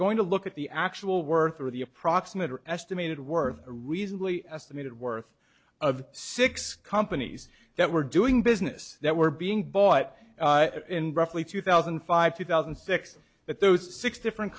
going to look at the actual worth of the approximate or estimated worth a reasonably estimated worth of six companies that were doing business that were being bought in roughly two thousand and five two thousand and six that those six different